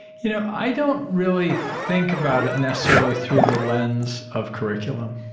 you know i don't really think about it necessarily through the lens of curriculum.